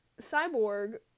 Cyborg